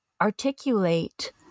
articulate